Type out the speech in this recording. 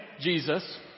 Jesus